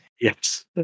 Yes